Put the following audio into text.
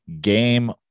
game